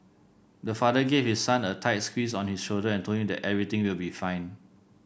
the father gave his son a tight squeeze on his shoulder and told him that everything will be fine